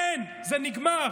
אין, זה נגמר.